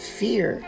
fear